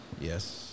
Yes